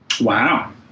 Wow